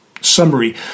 Summary